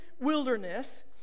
wilderness